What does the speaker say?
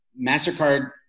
MasterCard